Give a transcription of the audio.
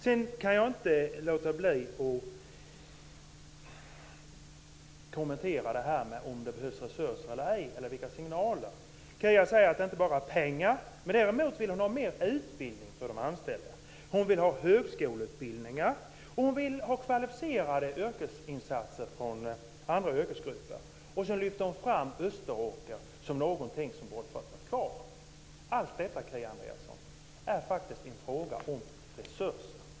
Jag kan inte låta bli att kommentera resonemanget om det behövs resurser eller ej och om signalerna. Kia säger att det inte bara är pengar som behövs. Hon vill ha mer utbildning för de anställda. Hon vill ha högskoleutbildningar, och hon vill ha kvalificerade yrkesinsatser från andra yrkesgrupper. Så lyfter hon fram Österåker som någonting som borde ha fått finnas kvar. Allt detta, Kia Andreasson, handlar faktiskt om resurser.